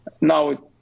Now